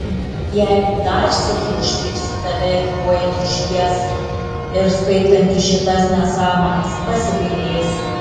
jeigu dar sykį užtiksiu tave eikvojantį šviesą ir skaitantį šitas nesąmones pasigailėsi